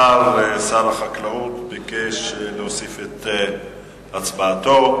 שר החקלאות ביקש להוסיף את הצבעתו.